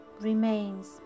remains